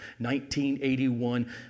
1981